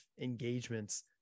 engagements